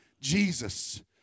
Jesus